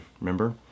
remember